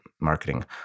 marketing